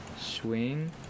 swing